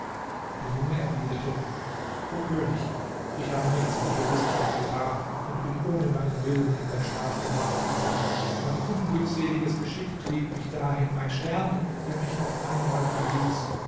der junge erwiderte o könig ich habe nichts mit bewußtsein getan und bin ohne meinen willen in dein schlafgemach gekommen mein unglückseliges geschick trieb mich dahin mein stern der mich auf einmal verließ